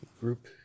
group